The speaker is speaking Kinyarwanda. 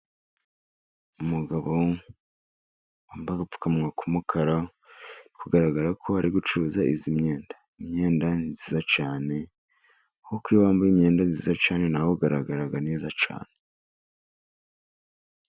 Umugabo wambaye agapfukamunwa k'umukara, biri kugaragara ko ari gucuruza iyi myenda. Imyenda ni myiza cyane kuko iyo wambaye imyenda, myiza cyane na we ugaragaraga neza cyane.